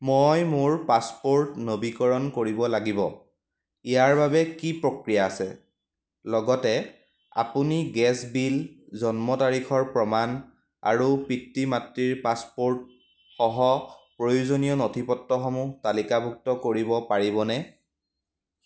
মই মোৰ পাছপোৰ্ট নৱীকৰণ কৰিব লাগিব ইয়াৰ বাবে কি প্ৰক্ৰিয়া আছে লগতে আপুনি গেছ বিল জন্ম তাৰিখৰ প্ৰমাণ আৰু পিতৃ মাতৃৰ পাছপ'ৰ্ট সহ প্ৰয়োজনীয় নথিপত্ৰসমূহ তালিকাভুক্ত কৰিব পাৰিবনে